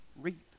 reap